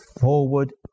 forward